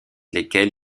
lesquels